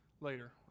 later